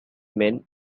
men